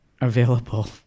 available